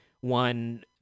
one